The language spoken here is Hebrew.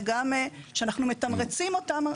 וגם אנחנו מתמרצים אותם.